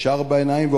ישר בעיניים ואומרים: